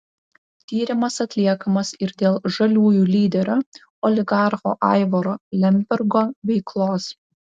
tyrimas atliekamas ir dėl žaliųjų lyderio oligarcho aivaro lembergo veiklos